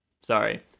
Sorry